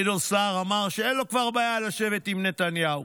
גדעון סער אמר שאין לו כבר בעיה לשבת עם נתניהו.